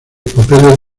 papeles